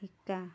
শিকা